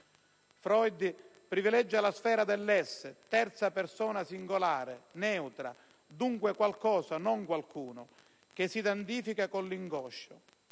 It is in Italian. Freud privilegia la sfera dell'*es* - terza persona singolare neutra, dunque qualcosa non qualcuno - che si identifica con l'inconscio.